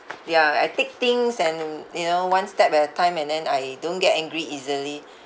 ya I take things and you know one step at a time and then I don't get angry easily